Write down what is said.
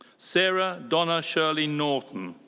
sarah donna shirley norton.